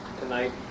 tonight